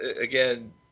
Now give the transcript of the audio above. again